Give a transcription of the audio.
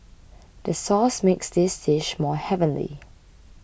the sauce makes this dish more heavenly